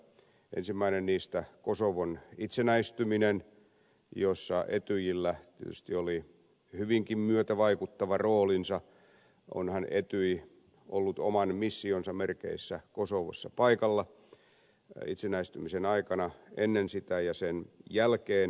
ensimmäinen niistä oli kosovon itsenäistyminen jossa etyjillä tietysti oli hyvinkin myötävaikuttava rooli onhan etyj ollut oman missionsa merkeissä kosovossa paikalla itsenäistymisen aikana ennen sitä ja sen jälkeen